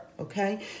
Okay